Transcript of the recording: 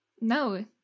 No